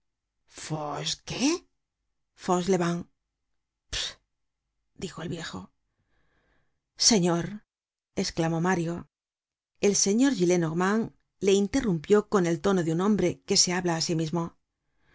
qué fauchelevent pst dijo el viejo señor esclamó mario el señor gillenormand le interrumpió con el tono de un hombre que se habla á sí mismo eso